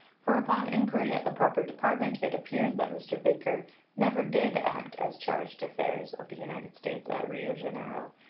for upon inquiry at the proper department it appears that mr. baker never did act as charge d'affaires of the united states at rio janeiro,